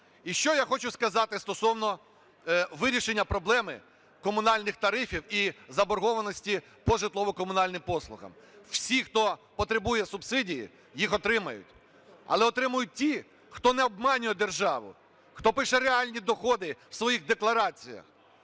І що я хочу сказати стосовно вирішення проблеми комунальних тарифів і заборгованості по житлово-комунальних послугах. Всі, хто потребує субсидії, їх отримають. Але отримають ті, хто не обманює державу, хто пише реальні доходи у своїх деклараціях,